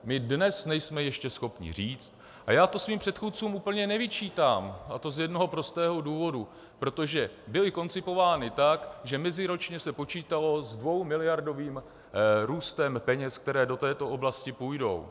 My dnes ještě nejsme schopni říct, a já to svým předchůdcům úplně nevyčítám, a to z jednoho prostého důvodu, protože byly koncipovány tak, že meziročně se počítalo s dvoumiliardovým růstem peněz, které do této oblasti půjdou.